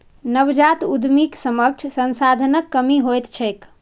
नवजात उद्यमीक समक्ष संसाधनक कमी होइत छैक